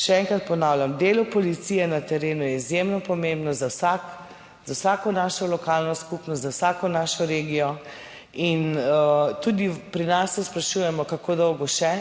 Še enkrat ponavljam, delo policije na terenu je izjemno pomembno za vsako našo lokalno skupnost, za vsako našo regijo. In tudi pri nas se sprašujemo, kako dolgo še